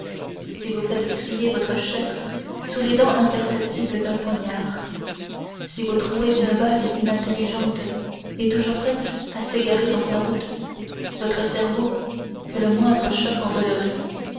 si vous faites crier votre chair sous les dents imperceptibles d'un poignard si vous trouez d'une balle inintelligente et toujours prête à s'égarer dans sa route votre cerveau que le moindre choc